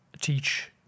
teach